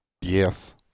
Yes